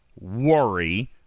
worry